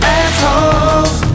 assholes